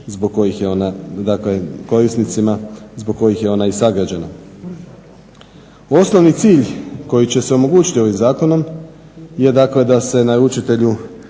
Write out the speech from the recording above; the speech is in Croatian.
usluga ne isporučuje korisnicima zbog kojih je ona i sagrađena. Osnovni cilj koji će se omogućiti ovim zakonom je dakle da se naručitelju